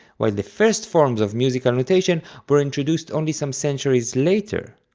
while the first forms of musical notation were introduced only some centuries later.